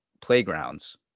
playgrounds